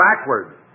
backwards